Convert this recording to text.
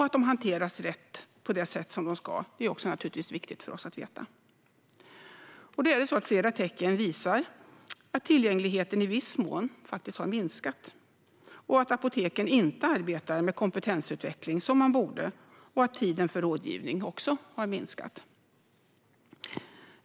Det är naturligtvis också viktigt för oss att veta att läkemedlen har hanterats på det sätt de ska. Flera tecken visar att tillgängligheten i viss mån faktiskt har minskat, att apoteken inte arbetar med kompetensutveckling som de borde och att tiden för rådgivning minskat.